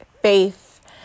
faith